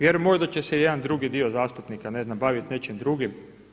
Jer možda će se jedan drugi dio zastupnika ne znam baviti nečim drugim.